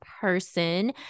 person